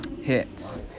hits